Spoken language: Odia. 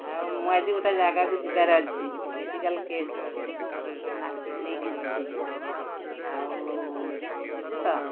ଆଉ ମୁଁ ଆଜି ଗୋଟେ ଜାଗାକୁ ଯିବାର ଅଛି ମେଡ଼ିକାଲ୍ କେସ୍ ନାତିକି ନେଇକି ଯିବି ଆଉ ଯିବୁ ତ